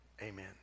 amen